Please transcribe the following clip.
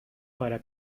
para